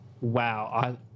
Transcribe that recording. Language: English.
wow